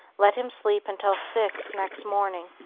let him sleep until six next morning.